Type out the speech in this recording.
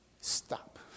stop